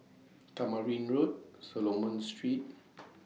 Tamarind Road Solomon Street